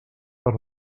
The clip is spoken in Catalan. per